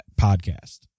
podcast